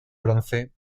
bronce